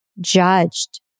judged